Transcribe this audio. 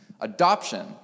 Adoption